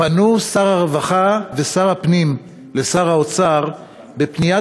פנו שר הרווחה ושר הפנים לשר האוצר בפנייה